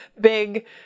big